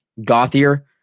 Gothier